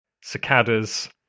cicadas